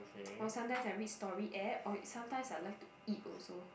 or sometimes I read story app or sometimes I like to eat also